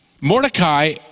Mordecai